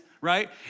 right